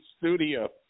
studio